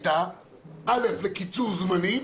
א', קיצור זמנים